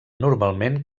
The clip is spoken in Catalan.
normalment